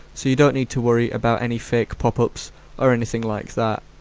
so you don't need to worry about any fake pop ups or anything like that.